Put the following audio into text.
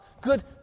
good